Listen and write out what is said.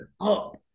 Up